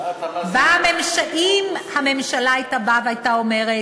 אם הממשלה הייתה אומרת: